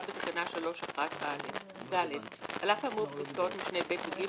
בתקנה 3(1)(א); על אף האמור בפסקאות משנה (ב) ו-(ג),